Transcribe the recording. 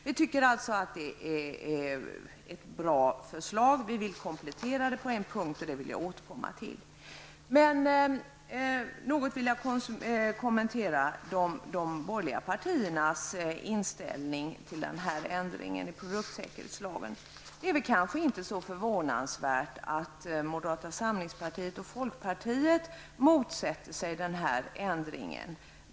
Vi anser alltså att detta är ett bra förslag. Men vi vill komplettera det på en punkt, och det skall jag återkomma till. Jag vill något kommentera de borgerliga partiernas inställning till den föreslagna ändringen i produktsäkerhetslagen. Det är kanske inte så förvånansvärt att moderata samlingspartiet och folkpartiet motsätter sig denna ändring.